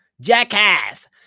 jackass